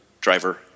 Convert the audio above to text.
driver